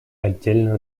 отдельно